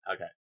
Okay